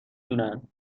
دونن